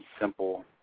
simple